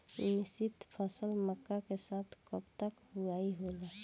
मिश्रित फसल मक्का के साथ कब तक बुआई होला?